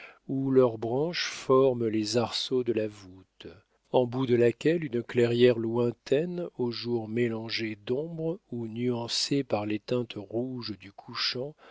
où leurs branches forment les arceaux de la voûte au bout de laquelle une clairière lointaine aux jours mélangés d'ombres ou nuancés par les teintes rouges du couchant